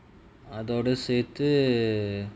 அதோட சேத்து:athoda sethu err